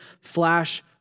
flash